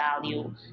value